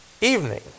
evening